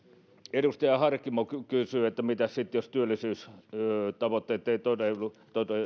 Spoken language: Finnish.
edustaja harkimo kysyi että mitäs sitten jos työllisyystavoitteet eivät toteudu